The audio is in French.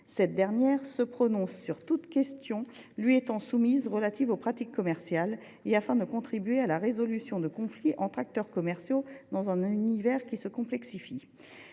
Cette dernière se prononce sur toute question relative aux pratiques commerciales lui étant soumise, afin de contribuer à la résolution de conflits entre acteurs commerciaux dans un univers qui se complexifie.